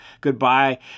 goodbye